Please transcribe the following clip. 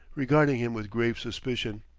regarding him with grave suspicion.